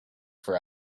for